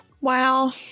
Wow